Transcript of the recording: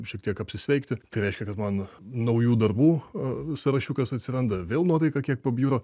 šiek tiek apsisveikti tai reiškia kad man naujų darbų sąrašiukas atsiranda vėl nuotaika kiek pabjūra